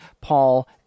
Paul